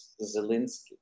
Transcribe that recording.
Zelensky